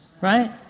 Right